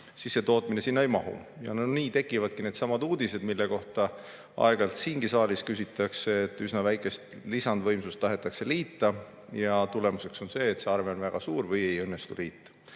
[täiendav] tootmine sinna ei mahu. Nii tekivadki needsamad uudised, mille kohta aeg-ajalt siingi saalis küsitakse, et üsna väikest lisandvõimsust tahetakse liita, aga tulemus on see, et see arve on väga suur või ei õnnestu liita.